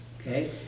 okay